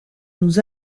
nous